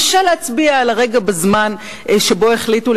קשה להצביע על הרגע בזמן שבו החליטו